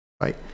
right